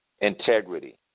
integrity